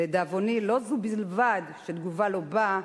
לדאבוני, לא זו בלבד שתגובה לא באה,